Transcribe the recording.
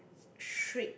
strict